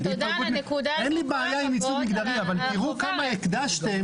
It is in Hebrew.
אין לי בעיה עם ייצוג מגדרי,